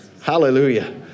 Hallelujah